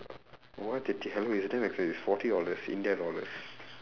what hell it's damn expensive it's forty dollars india dollars